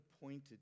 appointed